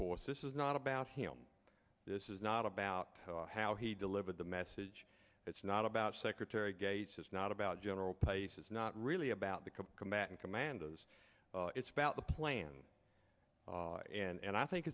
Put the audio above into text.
course this is not about him this is not about how he delivered the message it's not about secretary gates it's not about general pace it's not really about the combatant commanders it's about the plan and i think